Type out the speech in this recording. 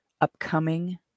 upcoming